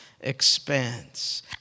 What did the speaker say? expense